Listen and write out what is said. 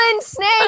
Snake